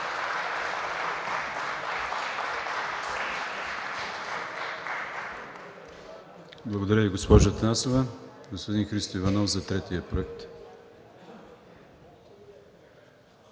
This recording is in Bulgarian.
Благодаря Ви, госпожо Атанасова. Господин Христо Иванов – за третия проект.